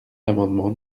l’amendement